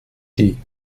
die